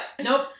Nope